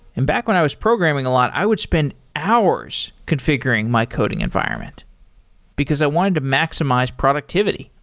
and back when i was programming a lot i would spend hours configuring my coding environment because i wanted to maximize productivity.